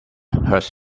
hurts